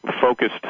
focused